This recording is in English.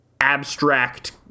abstract